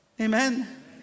Amen